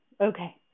Okay